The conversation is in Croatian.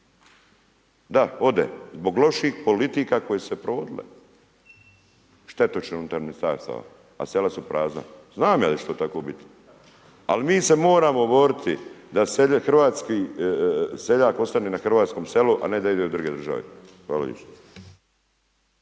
Da, ode zbog loših politika koje su se provodile, štetočine unutar ministarstava. A sela su prazna, znam ja da će to tako biti. Ali mi se moramo boriti da hrvatski seljak ostane na hrvatskom selu a ne da ide u druge države. Hvala